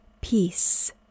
peace